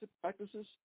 practices